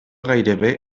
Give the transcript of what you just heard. gairebé